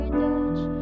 touch